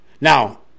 Now